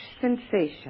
sensation